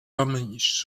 homens